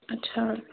अच्छा